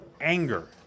anger